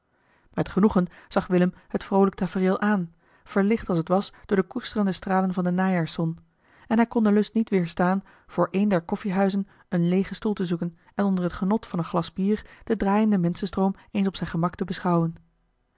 met genoegen zag willem het vroolijk tafereel aan verlicht als het was door de koesterende stralen van de najaarszon en hij kon den lust niet weerstaan voor één der koffiehuizen een leegen stoel te zoeken en onder het genot van een glas bier den draaienden menschenstroom eens op zijn gemak te beschouwen